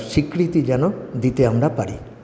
স্বীকৃতি যেন দিতে আমরা পারি